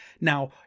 Now